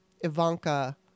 Ivanka